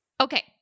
Okay